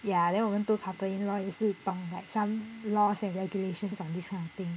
ya then 我们读 company law 也是 talk like some laws and regulations of this kind of thing